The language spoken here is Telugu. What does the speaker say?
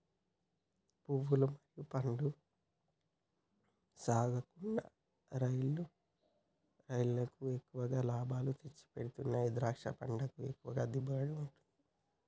పువ్వులు మరియు పండ్ల సాగుకూడా రైలుకు ఎక్కువ లాభాలు తెచ్చిపెడతాయి ద్రాక్ష పంటకు ఎక్కువ దిగుబడి ఉంటది